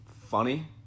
funny